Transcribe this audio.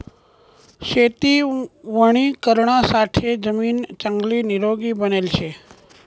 शेती वणीकरणासाठे जमीन चांगली निरोगी बनेल शे